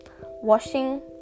washing